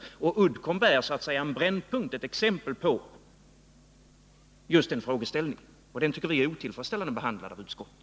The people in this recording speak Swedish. Fallet Uddcomb är ett exempel på just den frågeställningen, och det tycker vi är otillfredsställande behandlat av utskottet.